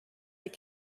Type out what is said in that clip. that